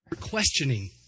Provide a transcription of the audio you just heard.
Questioning